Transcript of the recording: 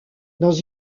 dans